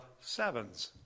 sevens